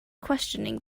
questioning